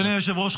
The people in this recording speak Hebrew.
אדוני היושב-ראש,